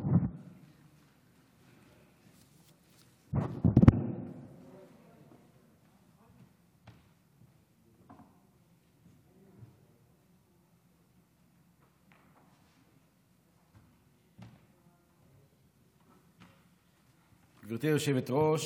גברתי היושבת-ראש,